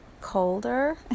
colder